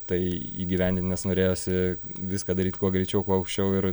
tai įgyvendint nes norėjosi viską daryt kuo greičiau kuo aukščiau ir